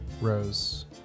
rose